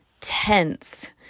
tense